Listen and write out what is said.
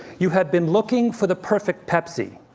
you had been looking for the perfect pepsi.